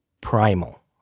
primal